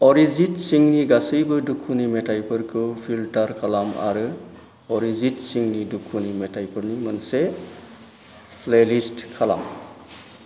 अरिजित सिंनि गासैबो दुखुनि मेथायफोरखौ फिल्टार खालाम आरो अरिजित सिंनि दुखुनि मेथायफोरनि मोनसे प्लेलिस्ट खालाम